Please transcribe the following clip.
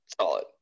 Solid